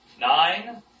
nine